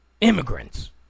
immigrants